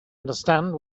understand